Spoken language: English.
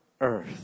earth